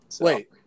Wait